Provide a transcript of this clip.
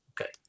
Okay